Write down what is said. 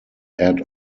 add